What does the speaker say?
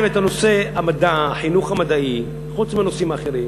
את נושא החינוך המדעי חוץ מהנושאים האחרים,